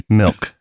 milk